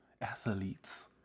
athletes